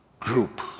group